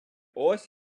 ось